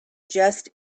just